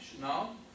Now